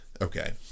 okay